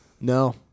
No